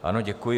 Ano, děkuji.